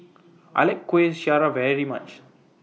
I like Kueh Syara very much